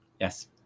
Yes